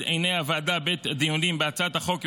עיני הוועדה בעת הדיונים בהצעת החוק,